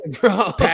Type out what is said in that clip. bro